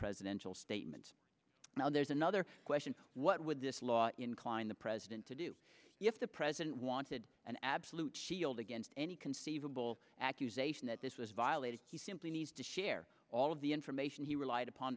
presidential statement now there's another question what would this law incline the president to do if the president wanted an absolute shield against any conceivable accusation that this was violated he simply needs to share all of the information he relied upon